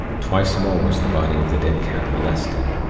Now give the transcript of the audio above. twice more was the body of the dead cat molested.